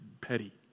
petty